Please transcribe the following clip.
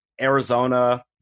Arizona